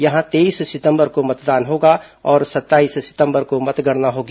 यहां तेईस सितंबर को मतदान होगा और सत्ताईस सितंबर को मतगणना होगी